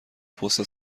پست